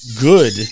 good